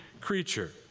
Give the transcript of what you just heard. creature